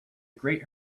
great